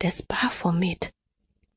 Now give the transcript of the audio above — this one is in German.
des baphomet